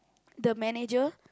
the manager